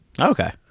Okay